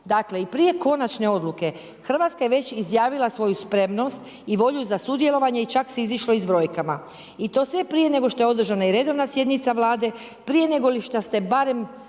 Dakle i prije konačne odluke Hrvatska je već izjavila svoju spremnost i volju za sudjelovanje i čak se izišlo s brojkama i to sve prije nego što je održana i redovna sjednica Vlade, prije negoli što ste barem